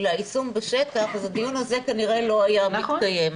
ליישום בשטח אז הדיון הזה כנראה לא היה מתקיים.